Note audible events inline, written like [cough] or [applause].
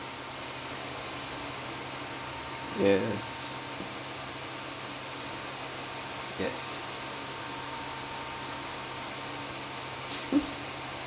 yes yes [laughs]